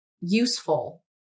useful